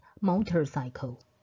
motorcycle